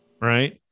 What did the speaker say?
Right